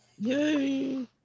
Yay